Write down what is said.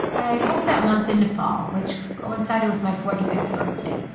i'd hoped that month in nepal, which coincided with my forty fifth birthday,